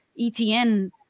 ETN